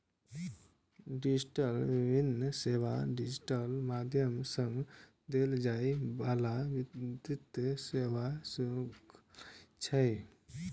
digital वित्तीय सेवा digital माध्यम सं देल जाइ बला वित्तीय सेवाक शृंखला छियै